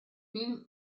film